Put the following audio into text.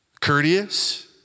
courteous